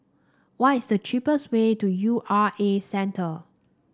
what is the cheapest way to U R A Centre